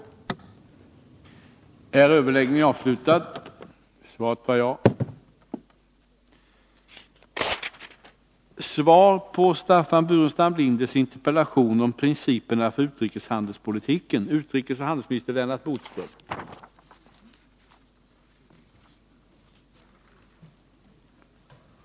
Måndagen den